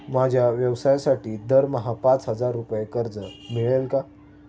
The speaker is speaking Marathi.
माझ्या व्यवसायासाठी दरमहा पाच हजार रुपये कर्ज मिळेल का?